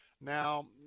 Now